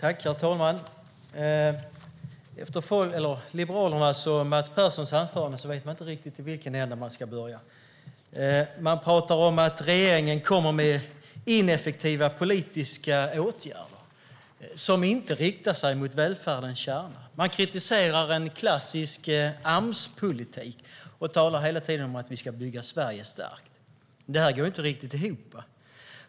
Herr talman! Efter Liberalernas och Mats Perssons anförande vet jag inte riktigt i vilken ända jag ska börja. Han talar om att regeringen kommer med ineffektiva politiska åtgärder som inte riktar sig mot välfärdens kärna. Han kritiserar en klassisk Amspolitik och talar hela tiden om att vi ska bygga Sverige starkt. Det går inte riktigt ihop.